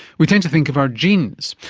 we tend to think of our genes.